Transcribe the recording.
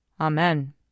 Amen